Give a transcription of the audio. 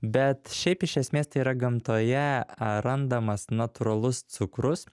bet šiaip iš esmės tai yra gamtoje randamas natūralus cukrus